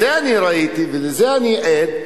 את זה אני ראיתי ולזה עד,